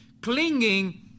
clinging